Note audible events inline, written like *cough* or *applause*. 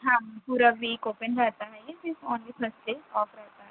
ہاں پورا week open رہتا ہے یہ صرف *unintelligible* اونلی تھرس ڈے آف رہتا ہے